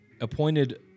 appointed